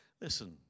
listen